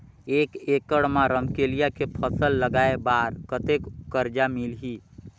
एक एकड़ मा रमकेलिया के फसल लगाय बार कतेक कर्जा मिलही?